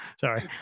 Sorry